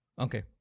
Okay